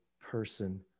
person